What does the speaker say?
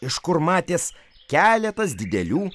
iš kur matės keletas didelių